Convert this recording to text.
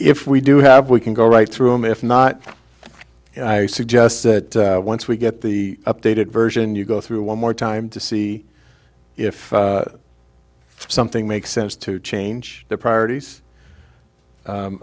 we do have we can go right through me if not i suggest that once we get the updated version you go through one more time to see if something makes sense to change the priorities